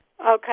Okay